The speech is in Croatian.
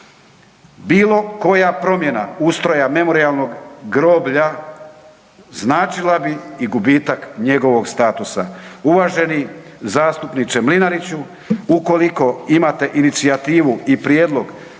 Bilo koja promjena ustroja Memorijalnog groblja značila bi i gubitak njegovog statusa. Uvaženi zastupniče Mlinariću, ukoliko imate inicijativu i prijedlog